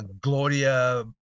Gloria